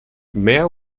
mair